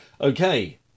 Okay